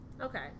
okay